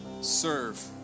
serve